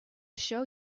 show